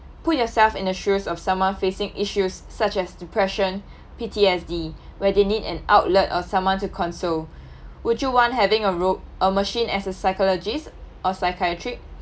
put yourself in the shoes of someone facing issues such as depression P_T_S_D where they need an outlet or someone to console would you want having a rob~ a machine as a psychologist or psychiatric